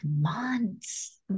months